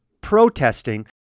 protesting